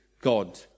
God